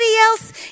else